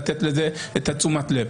לתת לזה תשומת לב,